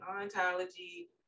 ontology